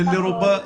נכון.